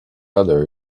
other